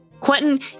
Quentin